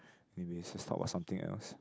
anyways let's talk about something else